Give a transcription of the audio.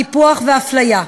קיפוח ואפליה.